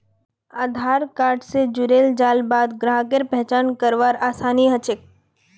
आधार card स जुड़ेल जाल बाद ग्राहकेर पहचान करवार आसानी ह छेक